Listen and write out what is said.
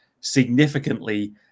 significantly